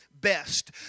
best